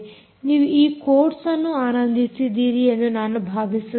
ನೀವು ಈ ಕೋರ್ಸ್ಅನ್ನು ಆನಂದಿಸಿದ್ದೀರಿ ಎಂದು ನಾನು ಭಾವಿಸುತ್ತೇನೆ